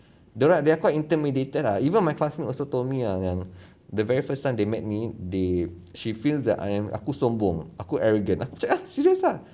dia orang they are quite intimidated lah even my classmate also told me ah yang the very first time they met me they she feels that I am aku sombong aku arrogant aku cakap eh serious ah